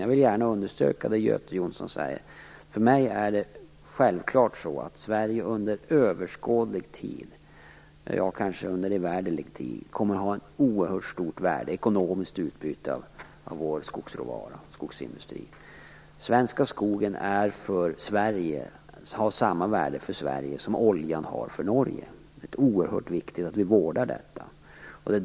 Jag vill gärna understryka vad Göte Jonsson här säger. För mig är det en självklarhet att Sverige under överskådlig tid - ja, kanske för evärdlig tid - kommer att ha ett oerhört stort ekonomiskt utbyte av sin skogsråvara och sin skogsindustri. Den svenska skogen har samma värde för Sverige som oljan har för Norge. Det är oerhört viktigt att vi vårdar detta värde.